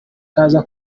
kaza